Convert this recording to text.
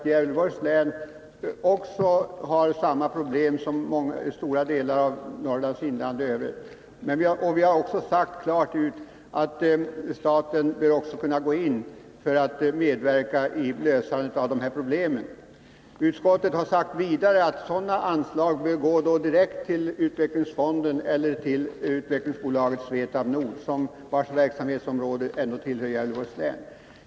[Rn Norrlandsfondens att Gävleborgs län har samma problem som Norrlands inland i övrigt och att a a fortsatta verksamstaten bör kunna gå in även där för att medverka i lösandet av dessa hecm..m Utskottet har vidare sagt att sådana anslag bör gå direkt till utvecklingsfonden eller till utvecklingsbolaget Svetab Nord AB, vars verksamhetsområde innefattar Gävleborgs län.